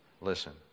Listen